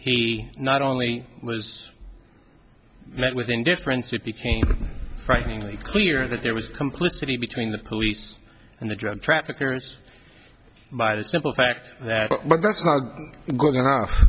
he not only was met with indifference it became frighteningly clear that there was complicity between the police and the drug traffickers by the simple fact that but that's not good enough